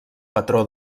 patró